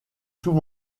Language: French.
tout